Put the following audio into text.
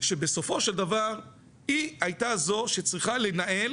שבסופו של דבר היא הייתה זו שצריכה לנהל